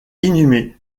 inhumée